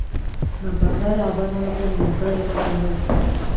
నా బంగారు ఆభరణాలపై నేను ఎక్కడ రుణం పొందచ్చు?